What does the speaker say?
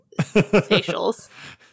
facials